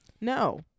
No